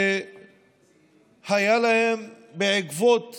שהיה להם בעקבות